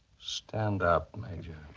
stand up, major.